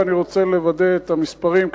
ואני רוצה לוודא את המספרים,